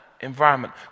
environment